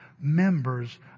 members